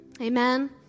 Amen